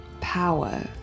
power